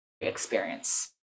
experience